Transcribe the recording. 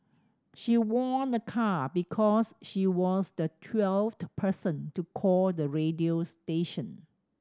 she won a car because she was the twelfth person to call the radio station